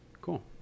Cool